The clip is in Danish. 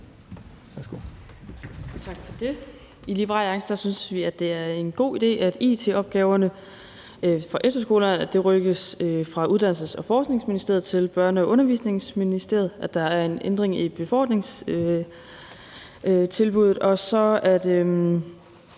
Tak for det. I Liberal Alliance synes vi, det er en god idé, at it-opgaverne for efterskolerne rykkes fra Uddannelses- og Forskningsministeriet til Børne- og Undervisningsministeriet, at der er en ændring i befordringstilbuddet,